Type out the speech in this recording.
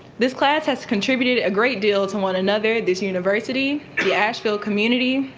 this class has contributed a great deal to one another, this university, the asheville community,